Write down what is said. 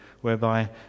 whereby